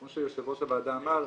כמו שיושב ראש הוועדה אמר,